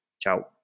Ciao